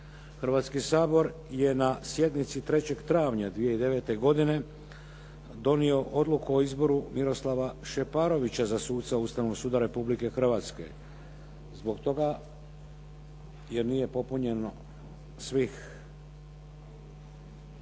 Hrvatski sabor je na sjednici 3. travnja 2009. godine donio Odluku o izboru Miroslava Šeparovića za suca Ustavnog suda Republike Hrvatske. Zbog toga jer nije popunjeno svih